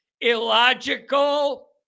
Illogical